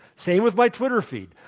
same with my twitter feed.